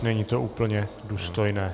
Není to úplně důstojné.